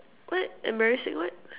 what embarrassing what